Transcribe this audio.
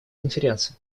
конференция